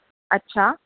अछा